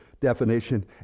definition